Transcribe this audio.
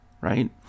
right